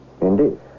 Indeed